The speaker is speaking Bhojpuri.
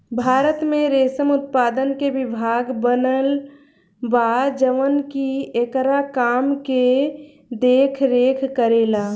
भारत में रेशम उत्पादन के विभाग बनल बा जवन की एकरा काम के देख रेख करेला